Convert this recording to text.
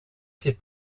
ses